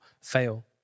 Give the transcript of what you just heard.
fail